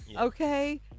okay